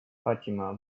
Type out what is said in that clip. fatima